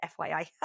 FYI